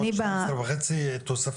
יש לך עוד שלוש עשרה וחצי תוספתי,